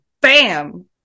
Bam